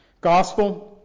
gospel